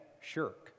shirk